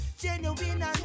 Genuine